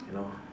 you know